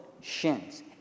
shins